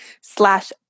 slash